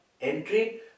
entry